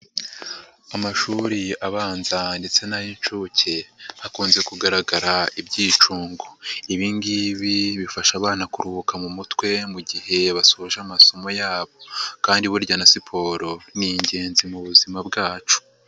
Amashuri abanza ndetse n'ay'incuke, hakunze kugaragara ibyicungo, ibi ngibi bifasha abana kuruhuka mu mutwe mu gihe basoje amasomo yabo kandi burya na siporo ni ingenzi mu buzima bwacu.